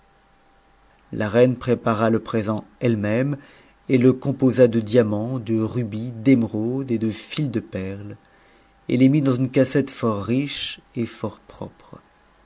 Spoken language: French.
la reine prépara le présent elle-même et le composa de diamants df rubis d'émeraudes et de files de perles et les mit dans une cassette for riche et fort propre